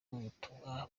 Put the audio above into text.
ubutumwa